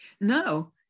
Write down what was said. No